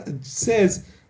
says